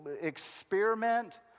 experiment